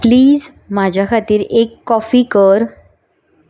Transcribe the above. please म्हाज्या खातीर एक कॉफी कर